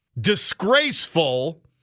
disgraceful